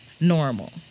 normal